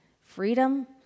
freedom